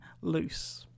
loose